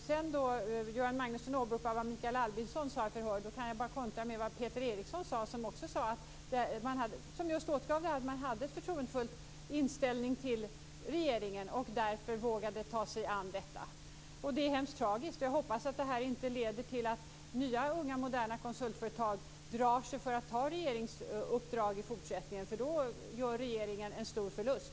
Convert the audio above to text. Göran Magnusson åberopar vad Mikael Albinsson sagt. Jag kan bara tänka mig vad Peter Eriksson sade. Han menade att man hade en förtroendefull inställning till regeringen och därför vågade ta sig an detta. Saken är hemskt tragisk, och jag hoppas att den inte leder till att nya, unga och moderna konsultföretag drar sig för att ta regeringsuppdrag i fortsättning, för då gör regeringen en stor förlust.